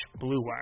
BlueWire